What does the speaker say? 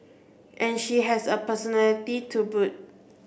and she has a personality to boot